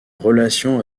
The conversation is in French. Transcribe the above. relations